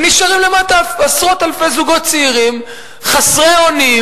ונשארים למטה עשרות אלפי זוגות צעירים חסרי אונים,